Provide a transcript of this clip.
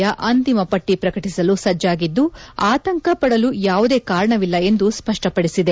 ಯ ಅಂತಿಮ ಪಟ್ಲಿ ಪ್ರಕಟಿಸಲು ಸಜ್ಣಾಗಿದ್ದು ಆತಂಕಪಡಲು ಯಾವುದೇ ಕಾರಣವಿಲ್ಲ ಎಂದು ಸ್ಪಷ್ಟಪದಿಸಿದೆ